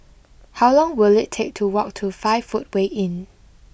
how long will it take to walk to five footway Inn